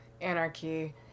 anarchy